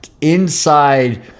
inside